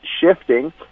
shifting